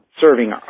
serving